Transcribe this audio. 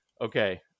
Okay